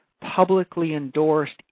publicly-endorsed